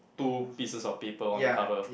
two pieces of paper on the cover